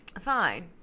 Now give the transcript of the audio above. Fine